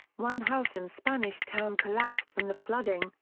one house in spanish town collapsed from the flooding,